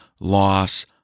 loss